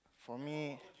for me